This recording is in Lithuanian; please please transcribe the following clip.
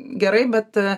gerai bet